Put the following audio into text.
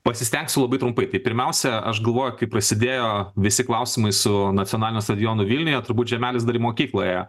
pasistengsiu labai trumpai tai pirmiausia aš galvoju kaip prasidėjo visi klausimai su nacionalinio stadiono vilniuje turbūt žemelis dar į mokyklą ėjo